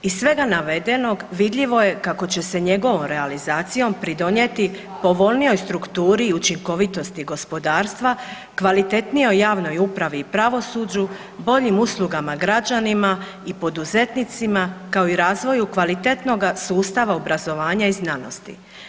Iz svega navedenog vidljivo je kako će se njegovom realizacijom pridonijeti povoljnijoj strukturi i učinkovitosti gospodarstva, kvalitetnijoj javnoj upravi i pravosuđu, boljim uslugama građanima i poduzetnicima, kao i razvoju kvalitetnoga sustava obrazovanja i znanosti.